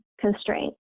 constraint